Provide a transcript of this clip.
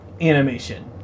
animation